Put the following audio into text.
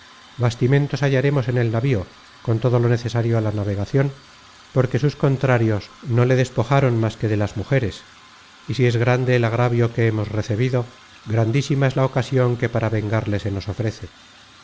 marinería bastimentos hallaremos en el navío con todo lo necesario á la navegacion porque sus contrarios no le despojaron más que de las mujeres y si es grande el agravio que hemos recebido grandísima es la ocasion que para vengarle se nos ofrece